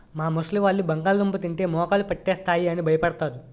మా ముసలివాళ్ళు బంగాళదుంప తింటే మోకాళ్ళు పట్టేస్తాయి అని భయపడతారు